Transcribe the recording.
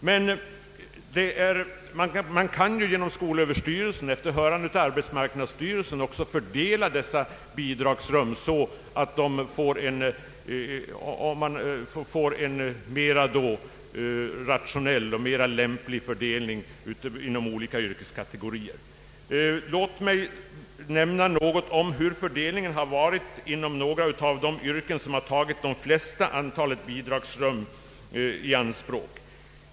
Skolöverstyrelsen bör emellertid efter hörande av arbetsmarknadsstyrelsen kunna fördela dessa bidragsrum så att man får en rationell och lämplig fördelning mellan olika yrkeskategorier. Låt mig säga något om fördelningen mellan de yrken som efter frisöryrket tagit det största antalet bidragsrum i anspråk.